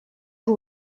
you